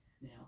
Now